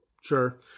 Sure